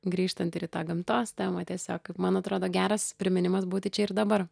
grįžtant ir į tą gamtos temą tiesiog kaip man atrodo geras priminimas būti čia ir dabar